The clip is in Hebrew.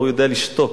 הוא יודע לשתוק,